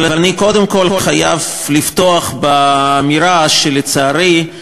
אבל אני קודם כול חייב לפתוח באמירה, שלצערי,